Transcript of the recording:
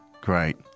Great